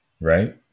right